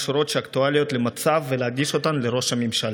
שורות אקטואליות למצב ולהגיש אותן לראש הממשלה: